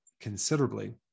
considerably